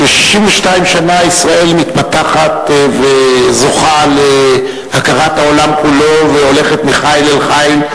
ש-62 שנה ישראל מתפתחת וזוכה להכרת העולם כולו והולכת מחיל אל חיל,